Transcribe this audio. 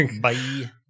Bye